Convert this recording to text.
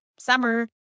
Summer